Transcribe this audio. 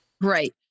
Right